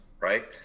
right